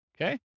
Okay